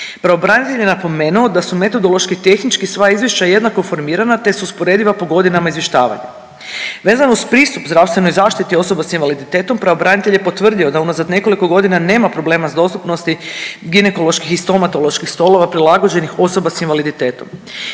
Pravobranitelj je napomeno da su metodološki i tehnički sva izvješća jednako formirana te su usporediva po godinama izvještavanja. Vezano uz pristup zdravstvenoj zaštiti osoba s invaliditetom pravobranitelj je potvrdio da unazad nekoliko godina nema problema s dostupnosti ginekoloških i stomatoloških stolova prilagođenih osobama s invaliditetom.